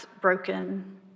broken